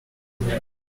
mbere